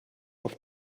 auf